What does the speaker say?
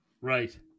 right